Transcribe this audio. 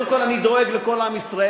קודם כול אני דואג לכל עם ישראל.